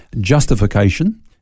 justification